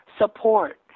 support